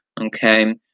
Okay